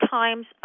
times